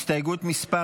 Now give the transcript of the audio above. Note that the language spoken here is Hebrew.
הסתייגות מס'